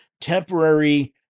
temporary